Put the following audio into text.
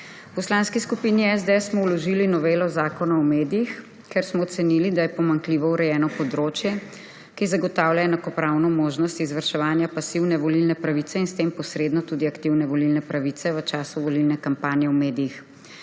V Poslanski skupini SDS smo vložili novelo zakona o medijih, ker smo ocenili, da je pomanjkljivo urejeno področje, ki zagotavlja enakopravno možnost izvrševanja pasivne volilne pravice in s tem posredno tudi aktivne volilne pravice v času volilne kampanje v medijih.